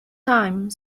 time